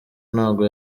ntabwo